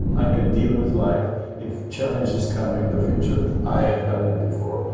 i can deal with life if challenges come in the future, i have done it before,